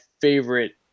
favorite